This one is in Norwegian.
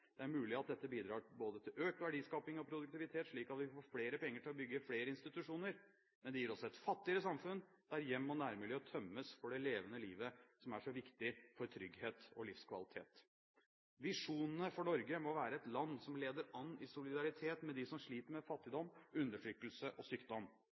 Det er mulig at dette bidrar til både økt verdiskaping og produktivitet, slik at vi får flere penger til å bygge flere institusjoner, men det gir oss et fattigere samfunn, hvor hjem og nærmiljø tømmes for det levende livet, som er så viktig for trygghet og livskvalitet. Visjonene for Norge må være at vi skal være et land som leder an i solidaritet med dem som sliter med fattigdom, undertrykkelse og sykdom.